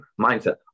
mindset